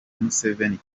museveni